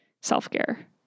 self-care